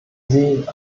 sie